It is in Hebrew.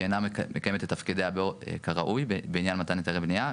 אינה מקיימת את תפקידיה כראוי בעניין מתן היתרי בניה,